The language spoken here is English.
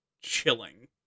chilling